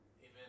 Amen